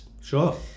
Sure